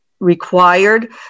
required